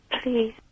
please